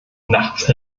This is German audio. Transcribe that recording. nachts